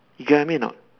you get what I mean or not